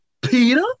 Peter